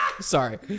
Sorry